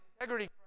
integrity